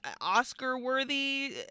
Oscar-worthy